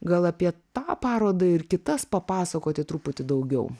gal apie tą parodą ir kitas papasakoti truputį daugiau